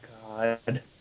God